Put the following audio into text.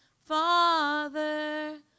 Father